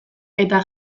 eta